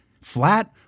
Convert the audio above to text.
flat